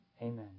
Amen